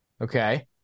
Okay